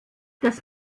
das